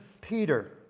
Peter